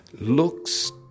looks